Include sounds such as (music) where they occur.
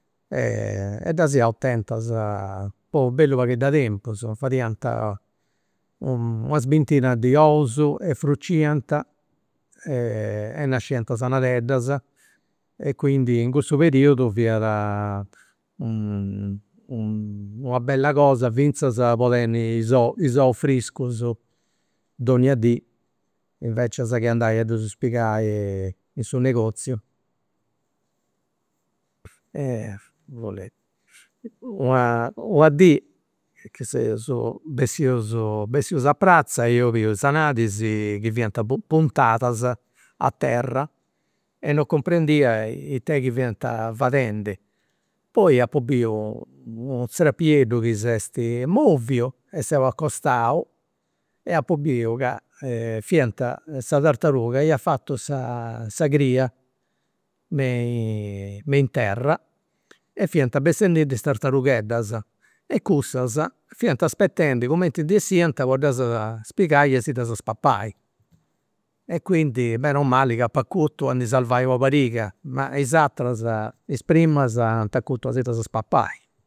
E ddas iaus tentas po u' bellu paghedd'e tempus, fadiant una bintina di ous e fruciant e nasciant is anadeddas e quindi in cussu periudu fiat (hesitation) una bella cosa finzas po tenni is ous, is ous friscus donnia dì invecias che andai a ddus pigai in su negoziu. (unintelligible) una dì chi seus bessius, bessius a pratza eus biu is anadis chi fiant puntadas a terra e non cumprendia it'est chi fiant fadendi, poi apu biu u' zrapieddu chi s'est moviu e seu acostau e apu biu ca fiant, sa tartaruga iat fatu sa cria me (hesitation) me in terra e fiant bessendindi is tartarugheddas e cussas fiant aspettendi cumenti ndi 'essiant po ddas pigai e si ddas papai. E quindi mancu mali ca apu acurtu a ndi sarvai una pariga ma is ateras, is primas ant acurtu a si ddas papai